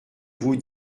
vous